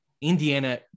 Indiana